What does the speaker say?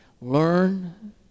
Learn